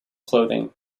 clothing